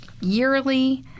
yearly